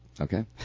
Okay